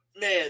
man